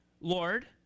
Lord